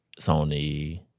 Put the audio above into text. Sony